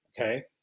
Okay